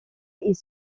est